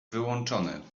wyłączony